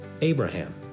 Abraham